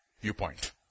viewpoint